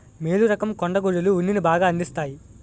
మేలు రకం కొండ గొర్రెలు ఉన్నిని బాగా అందిస్తాయి